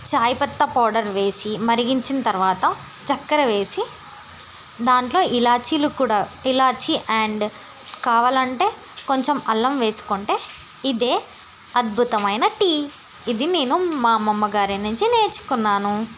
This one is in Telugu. చాయ్ పత్తా పౌడర్ వేసి మరిగించిన తర్వాత చక్కెర వేసి దాంట్లో ఇలాచీలు కూడా ఇలాచీ అండ్ కావాలంటే కొంచెం అల్లం వేసుకుంటే ఇదే అద్భుతమైన టీ ఇది నేను మా అమ్మమ్మగారి నుంచి నేర్చుకున్నాను